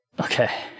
okay